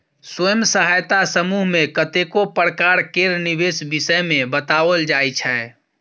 स्वयं सहायता समूह मे कतेको प्रकार केर निबेश विषय मे बताओल जाइ छै